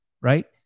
Right